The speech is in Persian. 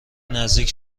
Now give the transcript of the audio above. نزدیک